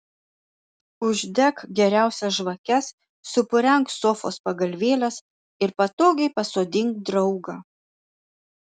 uždek geriausias žvakes supurenk sofos pagalvėles ir patogiai pasodink draugą